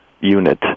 unit